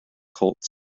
cult